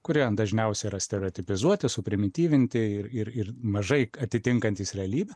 kurie dažniausiai yra stereotipizuoti suprimityvinti ir ir ir mažai atitinkantys realybę